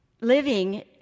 Living